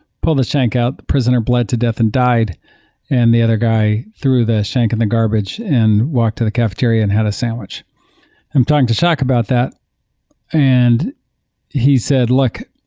pulled the shank out, the prisoner bled to death and died and the other guy threw the shank in the garbage and walked to the cafeteria and had a sandwich i'm talking to shak about that and he said, look,